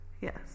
Yes